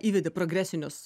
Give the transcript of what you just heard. įvedė progresinius